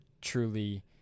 truly